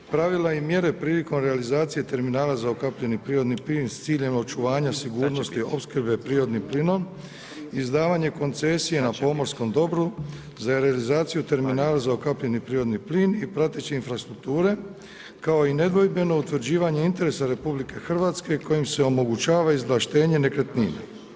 Pravila i mjere prilikom realizacije terminala za ukapljeni prirodni plin s ciljem očuvanja sigurnosti opskrbe prirodnim plinom, izdavanje koncesije na pomorskom dobru za realizaciju terminala za ukapljeni prirodni plin i prateći infrastrukture kao i nedvojbeno utvrđivanje interesa RH kojim se omogućava izvlaštenje nekretnina.